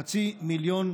חצי מיליון,